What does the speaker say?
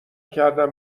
کردم